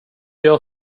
gör